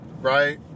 right